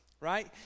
right